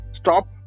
stop